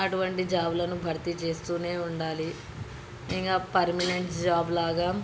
అటువంటి జాబులను భర్తీ చేస్తు ఉండాలి ఇంకా పర్మనెంట్ జాబ్ లాగా